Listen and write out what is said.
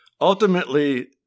Ultimately